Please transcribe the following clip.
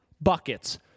Buckets